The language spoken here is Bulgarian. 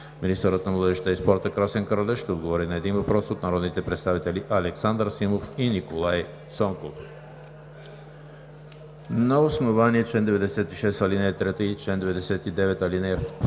Министърът на младежта и спорта Красен Кралев ще отговори на един въпрос от народните представители Александър Симов и Николай Цонков. На основание чл. 96, ал. 3 и чл. 99, ал. 2 от